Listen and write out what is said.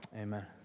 amen